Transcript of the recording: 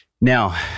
now